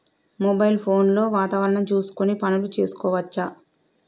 Mobile phone లో వాతావరణం చూసుకొని పనులు చేసుకోవచ్చా?